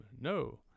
no